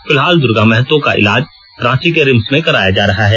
फिलहाल दर्गा महतो का इलाज रांची के रिम्स में कराया जा रहा है